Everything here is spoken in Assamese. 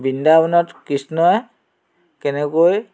বৃন্দাবনত কৃষ্ণই কেনেকৈ